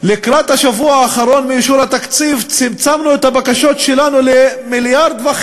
לקראת השבוע האחרון לאישור התקציב צמצמנו את הבקשות שלנו ל-1.5 מיליארד,